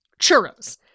Churros